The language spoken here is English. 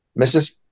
Mrs